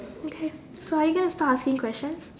okay so are you gonna start a scene question